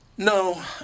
No